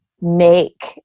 make